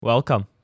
welcome